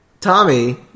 Tommy